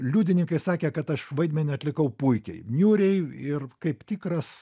liudininkai sakė kad aš vaidmenį atlikau puikiai niūriai ir kaip tikras